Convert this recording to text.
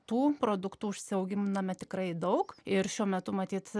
tų produktų užsiauginame tikrai daug ir šiuo metu matyt